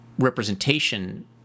representation